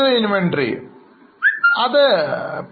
യഥാർത്ഥത്തിൽ ഒരുതരം കൂടി ഉണ്ട് നിങ്ങൾ ഓർക്കുന്നുണ്ടോ